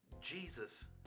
Jesus